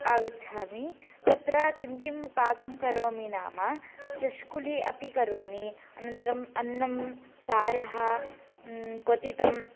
आगच्छामि तत्र किं किं पाकं करोमि नाम चष्कुली अपि करोमि अनन्तरम् अन्नं सारः क्वथितं